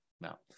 now